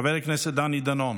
חבר הכנסת דני דנון,